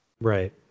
Right